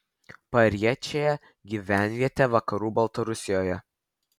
pariečė gyvenvietė vakarų baltarusijoje